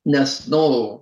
nes novų